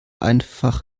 einfach